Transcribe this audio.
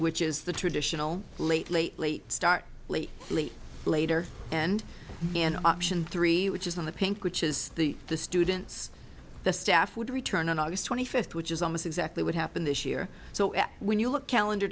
which is the traditional late late late start late late later and option three which is in the pink which is the the students the staff would return on august twenty fifth which is almost exactly what happened this year so when you look calendar